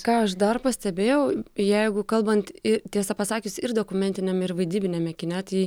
ką aš dar pastebėjau jeigu kalbant tiesą pasakius ir dokumentiniame ir vaidybiniame kine tai